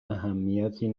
اهمیتی